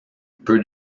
peu